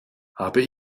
habe